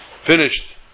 Finished